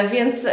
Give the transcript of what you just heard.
Więc